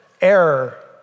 error